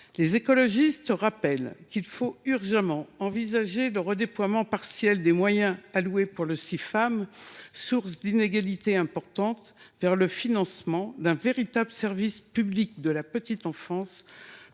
Les écologistes rappellent qu’il faut urgemment envisager le redéploiement partiel des moyens alloués au Cifam, source d’inégalités importantes, vers le financement d’un véritable service public de la petite enfance.